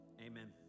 Amen